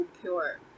pure